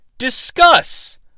discuss